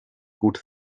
gut